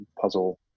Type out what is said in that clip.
puzzle